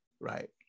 right